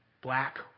black